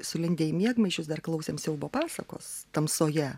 sulindę į miegmaišius dar klausėm siaubo pasakos tamsoje